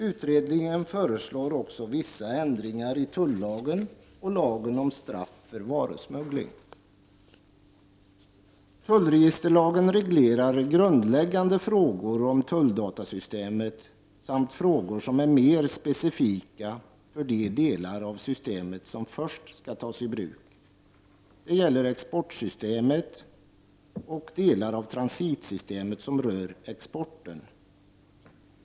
Utredningen föreslår också vissa ändringar i tullagen och lagen om straff för varusmuggling. Tullregisterlagen reglerar grundläggande frågor om tulldatasystemet samt frågor som är mer specifika för de delar av systemet som först skall tas i bruk. Det gäller exportsystemet och delar av transitsystemet som rör exporten.